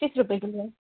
तीस रुपए किलो है